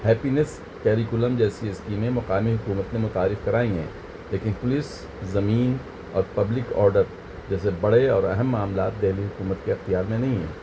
happiness curriculum جیسی اسکیمیں مقامی حکومت نے متعارف کرائی ہیں لیکن پولیس زمین اور پبلک آڈر جیسے بڑے اور اہم معاملات دہلی حکومت کے اختیار میں نہیں ہیں